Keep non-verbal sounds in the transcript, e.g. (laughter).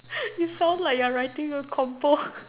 (laughs) it sounds like you are writing a compo (laughs)